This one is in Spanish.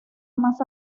más